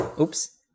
Oops